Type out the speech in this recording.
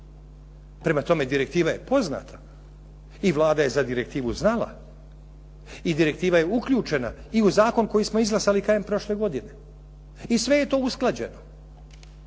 Prema tome, direktiva je poznata i Vlada je za direktivu znala i direktiva je uključena i u zakon koji smo izglasali krajem prošle godine i sve je to usklađeno.